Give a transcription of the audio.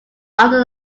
under